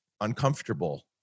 uncomfortable